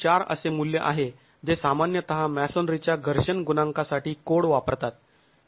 ४ असे मूल्य आहे जे सामान्यतः मॅसोनरीच्या घर्षण गुणांकासाठी कोड वापरतात